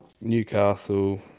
Newcastle